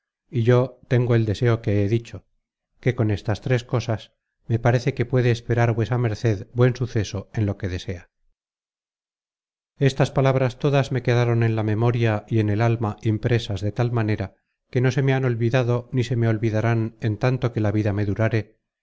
y yo tengo el deseo que he dicho que con estas tres cosas me parece que puede esperar vuesa merced buen suceso en lo que desea content from google book search generated at estas palabras todas me quedaron en la memoria y en el alma impresas de tal manera que no se me han olvidado ni se me olvidarán en tanto que la vida me durare